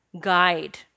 guide